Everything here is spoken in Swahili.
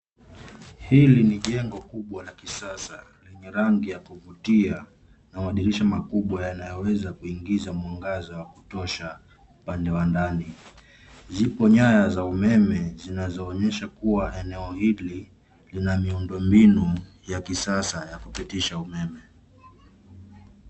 Hili ni jengo kubwa la kisasa lenye rangi ya kuvutia na madirisha makubwa yanayoweza kuingiza mwangaza wa kutosha upande wa ndani. Zipo nyaya za umeme zinazoonyesha kuwa eneo hli lina muindombinu ya kisasa ya kupitisha umeme.